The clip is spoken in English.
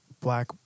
black